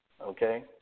okay